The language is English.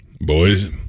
Boys